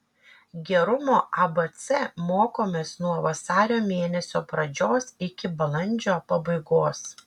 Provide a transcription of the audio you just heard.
gerumo abc mokomės nuo vasario mėnesio pradžios iki balandžio pabaigos